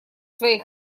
своей